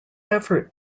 effort